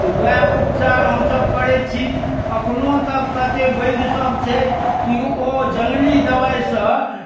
तऽ वएह उपचार हमसभ करै छी अखनो तक तते बैद्य सभ छै कि ओ जङ्गली दबाइ सँ